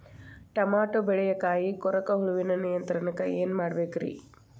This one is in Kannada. ಟಮಾಟೋ ಬೆಳೆಯ ಕಾಯಿ ಕೊರಕ ಹುಳುವಿನ ನಿಯಂತ್ರಣಕ್ಕ ಏನ್ ಮಾಡಬೇಕ್ರಿ?